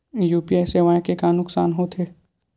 UPI सेवाएं के का नुकसान हो थे?